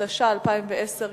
התש"ע 2010,